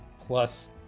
plus